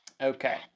Okay